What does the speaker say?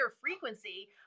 frequency